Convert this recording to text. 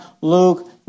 Luke